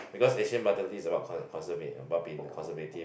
because Asian mentality is about being conserving about in conservative